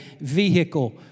vehicle